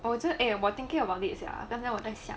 I wasnt eh I was thinking about it sia 刚才我在想